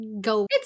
go